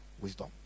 wisdom